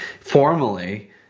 formally